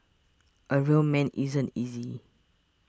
a real man isn't easy